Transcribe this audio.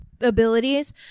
abilities